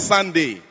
Sunday